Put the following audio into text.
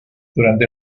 durante